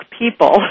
people